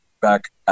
back